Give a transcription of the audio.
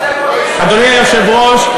אדוני היושב-ראש,